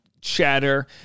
Chatter